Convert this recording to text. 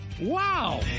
Wow